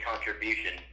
contribution